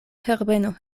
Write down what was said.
herbeno